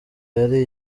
yari